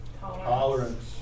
Tolerance